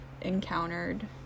encountered